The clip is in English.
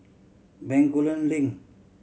Bencoolen Link